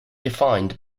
defined